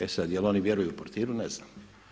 E sada je li oni vjeruju portiru, ne znam.